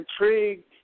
intrigued